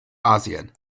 asien